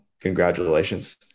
congratulations